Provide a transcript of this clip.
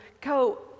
go